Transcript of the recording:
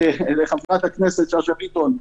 וגם חברת הכנסת שאשא ביטון.